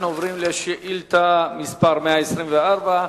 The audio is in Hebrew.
אנחנו עוברים לשאילתא מס' 124: